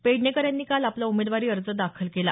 पेडणेकर यांनी काल आपला उमेदवारी अर्ज दाखल केला